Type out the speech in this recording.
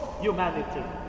humanity